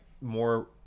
more